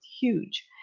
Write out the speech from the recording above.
huge